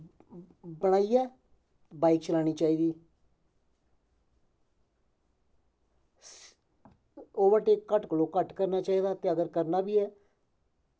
बनाइयै बाईक चलानी चाहिदी ओवरटेक घट्ट कोला घट्ट करना चाहिदा ते जे करना बी ऐ